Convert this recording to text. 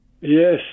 Yes